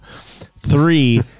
Three